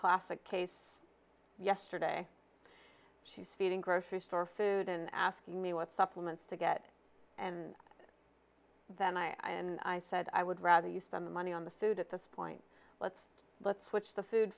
classic case yesterday she's feeding grocery store food and asking me what supplements to get and then i and i said i would rather use the money on the food at this point let's let's switch the food